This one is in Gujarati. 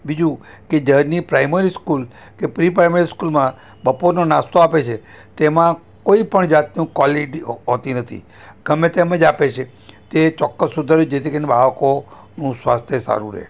બીજું કે જ્યાંની પ્રાઇમરી સ્કૂલ કે પ્રિ પ્રાઇમરી સ્કૂલમાં બપોરનો નાસ્તો આપે છે તેમાં કોઈપણ જાતનું કોલીટી હોતી નથી ગમે તેમ જ આપે છે તે ચોક્કસ સુધારવી જેથી કરીને બાળકોનું સ્વાસ્થ્ય સારું રહે